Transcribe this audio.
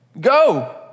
go